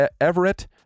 Everett